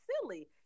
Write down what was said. silly